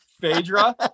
phaedra